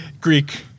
Greek